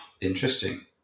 Interesting